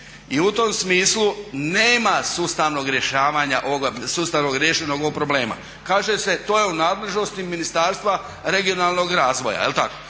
i u tom smislu nema sustavnog rješenja ovog problema. Kaže se to je u nadležnosti Ministarstva regionalnog razvoja. Ministarstvo